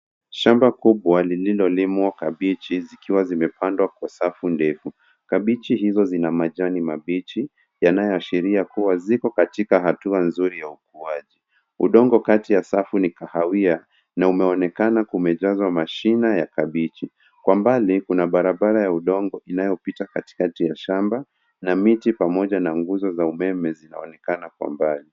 Twiga akiwa karibu sana na kamera akionyesha ulimi wake wenye rangi ya zambarau nyeusi kabla ya akijaribu kunyakua chakula au kutafuna kitu. Twiga huyu anaonekana akiwa ndani ya eneo lenye uzuio au kamba za kuzuia na nyuma yake kuna mandhari ya miti, vichaka vya asili vya kiafrika ikidokeza kuwa picha hii imepigwa katika hifadhi ya wanyama au kituo cha kulea twiga.